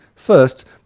First